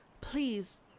Please